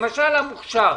למשל המוכש"ר,